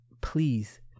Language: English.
please